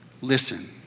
listen